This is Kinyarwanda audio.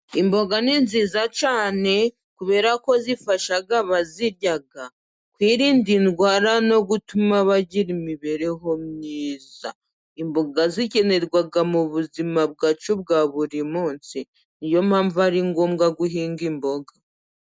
Imboga ni nziza cyane kubera ko zifasha bazirya kwirinda indwara no gutuma bagira imibereho myiza. Imboga zikenerwa mu buzima bwacu bwa buri munsi, ni yo mpamvu ari ngombwa guhinga imboga.